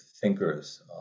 thinkers